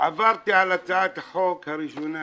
עברתי על הצעת החוק הראשונה